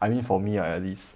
I mean for me ah at least